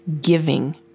giving